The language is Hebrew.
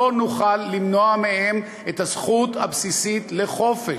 לא נוכל למנוע מהם את הזכות הבסיסית לחופש.